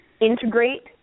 integrate